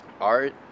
art